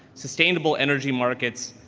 sustainable energy markets,